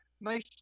Nice